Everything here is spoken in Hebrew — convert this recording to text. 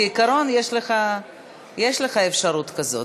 כעיקרון, יש לך אפשרות כזאת.